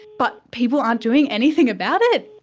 but people aren't doing anything about it,